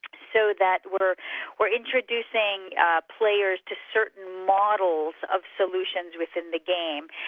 so that we're we're introducing players to certain models of solutions within the game.